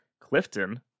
Clifton